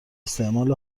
استعمال